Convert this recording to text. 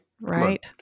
right